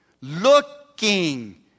Looking